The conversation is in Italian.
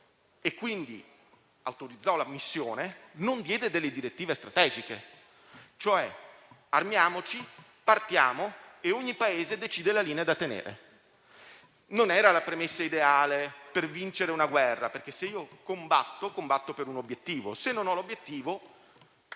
quindi la missione, non diede delle direttive strategiche, limitandosi ad un: armiamoci, partiamo e ogni Paese decide la linea da tenere. Non era la premessa ideale per vincere una guerra perché, se io combatto, lo faccio per un obiettivo, ma se non ho l'obiettivo...